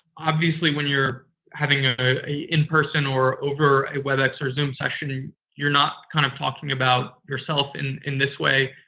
obviously, when you're having ah ah an in-person or over a webex or zoom session and you're not kind of talking about yourself in in this way,